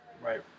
Right